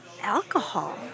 alcohol